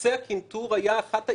נושא הקנטור היה אחת העילות,